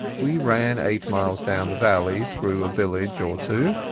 we ran eight miles down the valley, through a village or two,